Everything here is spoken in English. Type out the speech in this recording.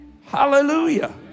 Hallelujah